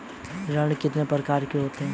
ऋण कितने प्रकार के होते हैं?